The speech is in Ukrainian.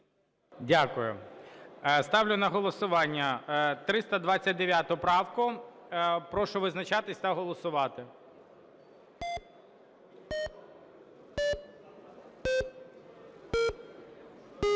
Дякую. Ставлю на голосування 329 правку. Прошу визначатися та голосувати.